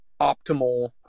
optimal